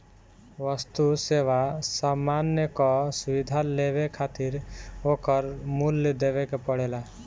वस्तु, सेवा, सामान कअ सुविधा लेवे खातिर ओकर मूल्य देवे के पड़ेला